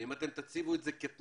שאם תציבו את זה כתנאי